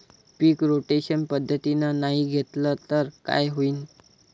पीक rotation पद्धतीनं नाही घेतलं तर काय होईन?